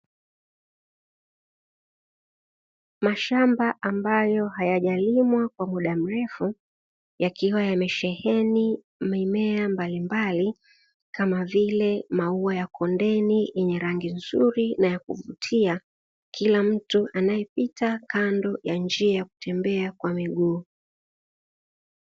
Mashamba ambayo hayajalimwa kwa muda mrefu yakiwa yamesheheni mimea mbalimbali kama vile maua ya kondeni yenye rangi nzuri na ya kuvutia, kila mtu anayepita kando ya njia ya kutembea kwa miguu.